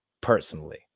personally